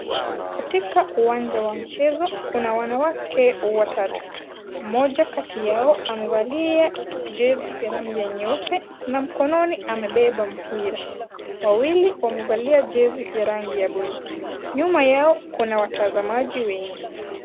Katika uwanja wa mchezo kuna wanawake watatu. Mmoja kati yao amevalia jezi ya rangi ya nyeupe na mkononi amebeba mpira, wawili wamevalia jezi ya rangi ya buluu. Nyuma yao kuna watazamaji wengi.